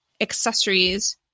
accessories